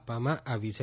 આપવામાં આવી છે